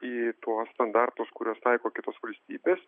į tuos standartus kuriuos taiko kitos valstybės